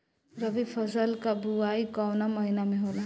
रबी फसल क बुवाई कवना महीना में होला?